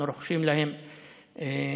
אנחנו רוחשים להם כבוד.